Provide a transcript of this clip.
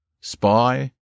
spy